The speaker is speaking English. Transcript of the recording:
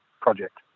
project